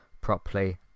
properly